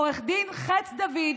עו"ד חץ-דוד.